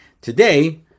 Today